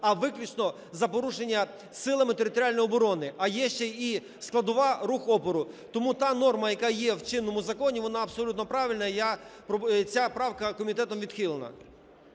а виключно за порушення Силами територіальної оборони. А є ще і складова – рух опору. Тому та норма, яка є в чинному законі, вона абсолютно правильна, і ця правка комітетом відхилена.